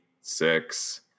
six